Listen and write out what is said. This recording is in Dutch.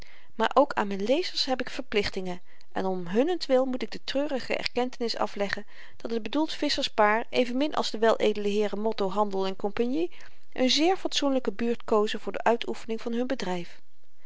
maar ook aan m'n lezers heb ik verplichtingen en om hunnentwil moet ik de treurige erkentenis afleggen dat het bedoeld visscherspaar evenmin als de weledele heeren motto handel cie n zeer fatsoenlyke buurt kozen voor de uitoefening van hun bedryf